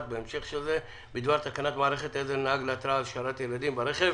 בהמשך לזה בדבר התקנת מערכת עזר לנהג להתרעה על השארת ילדים ברכב.